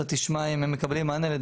אתה תשמע אם הם מקבלים מענה.